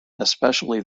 especially